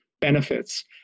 benefits